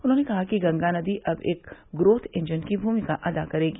उन्होंने कहा कि गंगा नदी अब एक ग्रोथ इंजन की भूमिका अदा करेगी